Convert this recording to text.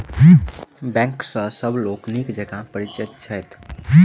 bank सॅ सभ लोक नीक जकाँ परिचित छथि